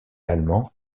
allemand